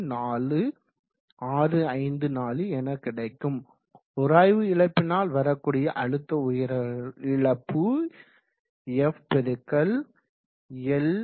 024654 என கிடைக்கும் உராய்வு இழப்பினால் வரக்கூடிய அழுத்த உயர இழப்பு f